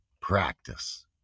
practice